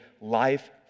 life